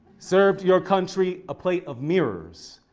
served your country a plate of mirrors.